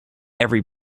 every